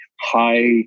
high